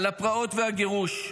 על הפרעות והגירוש,